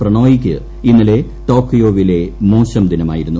പ്രണോയിക്ക് ഇന്നലെ ടോക്കിയോവിലെ മോശം ദിനമായിരുന്നു